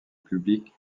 public